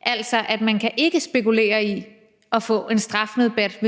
altså at man ikke kan spekulere i at få en strafrabat,